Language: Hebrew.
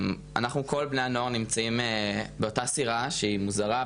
אנחנו כל בני הנוער נמצאים באותה סירה שהיא מוזרה,